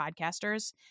podcasters